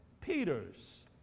Peter's